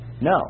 No